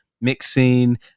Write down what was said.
mixing